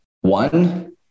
One